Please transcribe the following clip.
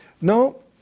No